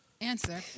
answer